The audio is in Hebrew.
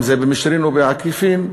אם במישרין או בעקיפין,